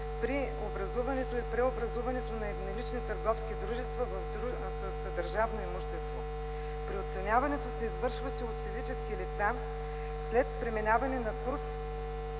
при образуването и преобразуването на еднолични търговски дружества с държавно имущество. Преоценяването се извършваше от физически лица след преминаване на курс